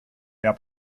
der